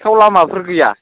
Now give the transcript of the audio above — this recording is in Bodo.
सिखाव लामाफोर गैया